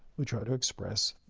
we tried to express,